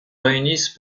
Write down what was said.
réunissent